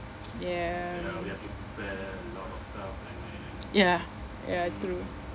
ya ya ya true ya